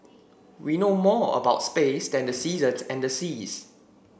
we know more about space than the seasons and the seas